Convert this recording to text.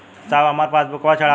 साहब हमार पासबुकवा चढ़ा देब?